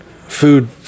food